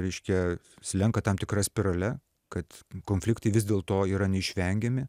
reiškia slenka tam tikra spirale kad konfliktai vis dėlto yra neišvengiami